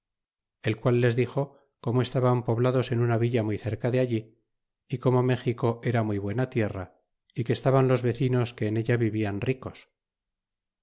el qual les dixo como estaban poblados en una villa muy cerca de allí y como méxico era muy buena tierra é que estaban los vecinos que en ella vivian ricos